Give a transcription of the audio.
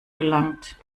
gelangt